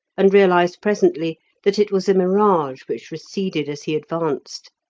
and realized presently that it was a mirage which receded as he advanced.